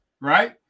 right